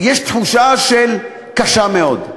יש תחושה קשה מאוד.